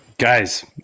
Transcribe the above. Guys